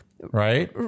Right